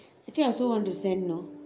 actually I also want to say no